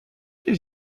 did